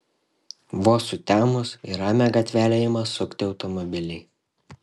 vos sutemus į ramią gatvelę ima sukti automobiliai